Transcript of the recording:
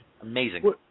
Amazing